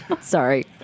Sorry